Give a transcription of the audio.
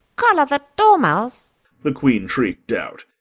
collar that dormouse the queen shrieked out.